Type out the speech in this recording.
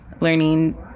learning